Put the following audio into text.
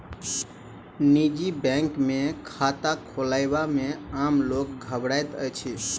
निजी बैंक मे खाता खोलयबा मे आम लोक घबराइत अछि